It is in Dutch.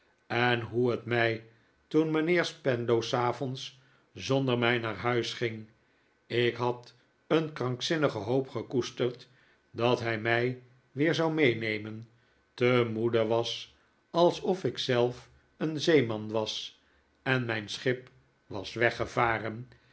en hoe het mij toen mijnheer spenlow s avonds zonder mij naar huis ging ik had een krankzinnige hoop gekoesterd dat hij mij weer zou meenemen te moede was alsof ik zelf een zeeman was en mijn schip was